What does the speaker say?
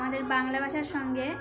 আমাদের বাংলা ভাষার সঙ্গে